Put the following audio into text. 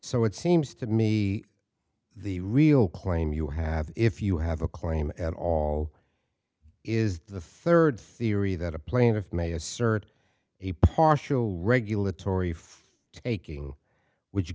so it seems to me the real claim you have if you have a claim at all is the third theory that a plaintiff may assert a partial regulatory for a king which